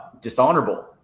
dishonorable